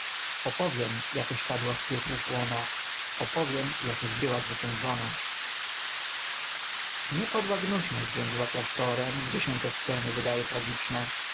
opowiem jakeś padła z piekieł łona opowiem jakeś była zwyciężona nie podła gnuśność rządziła klasztorem gdzie się te sceny wydały tragiczne